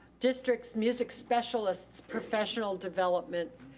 district's music specialist's professional development,